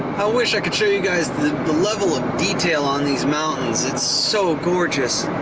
i wish i could show you guys the level of detail on these mountains, it's so gorgeous.